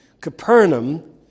Capernaum